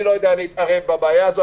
אני לא יודע להתערב בבעיה הזאת,